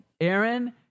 aaron